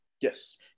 Yes